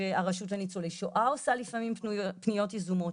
אנחנו ראינו שהרשות לניצולי שואה עושה לפעמים פניות יזומות,